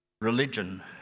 religion